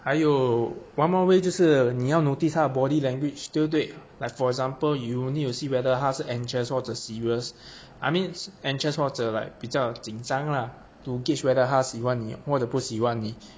还有 one more way 就是你要 notice 她的 body language 对不对 like for example you need to see whether 她是 anxious 或者 seious I means anxious 或者 like 比较紧张啦 to gauge whether 她喜欢你或者不喜欢你